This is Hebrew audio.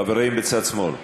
חברים בצד שמאל,